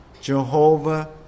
Jehovah